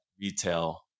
retail